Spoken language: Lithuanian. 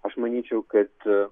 aš manyčiau kad